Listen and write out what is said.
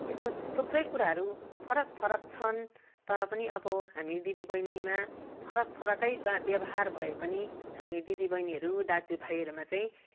यस्तो थुप्रै कुराहरू फरक फरक छन् तर पनि अब हामी दिदी बहिनीमा फरक फरक व्यवहार भए पनि हामी दिदी बहिनीहरू दाजु भाइहरूमा चाहिँ